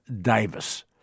Davis